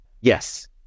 Yes